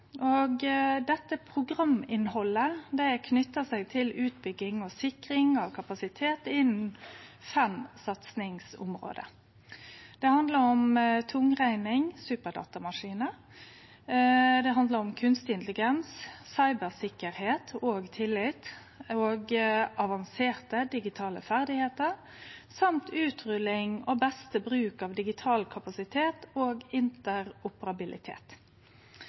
Dette programinnhaldet knyter seg til utbygging og sikring av kapasitet innan fem satsingsområde. Det handlar om tungrekning, superdatamaskinar. Det handlar om kunstig intelligens, cybersikkerheit og tillit, avanserte digitale ferdigheiter og utrulling og beste bruk av digital kapasitet og interoperabilitet